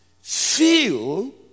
feel